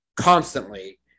constantly